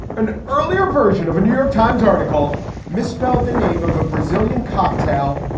an earlier version of a new york times article misspelled the name of a brazilian cocktail.